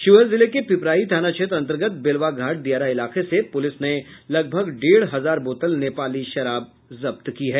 शिवहर जिले के पिपराही थाना क्षेत्र अन्तर्गत बेलवा घाट दियारा इलाके से पुलिस ने लगभग डेढ़ हजार बोतल नेपाली शराब जब्त की है